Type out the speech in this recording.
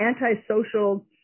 antisocial